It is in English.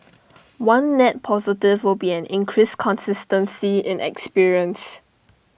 one net positive will be an increased consistency in experience